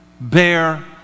bear